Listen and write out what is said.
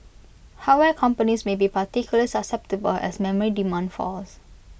hardware companies may be particularly susceptible as memory demand falls